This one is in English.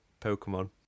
Pokemon